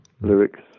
lyrics